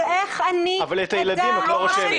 אבל איך אני אדע --- אבל את הילדים את לא רושמת.